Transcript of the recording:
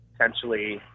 potentially